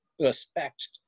respect